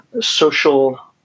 social